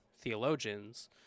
theologians